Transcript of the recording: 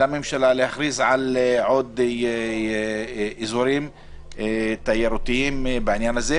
לממשלה להכריז על עוד אזורים תיירותיים בעניין הזה,